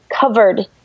covered